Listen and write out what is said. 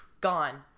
gone